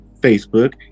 Facebook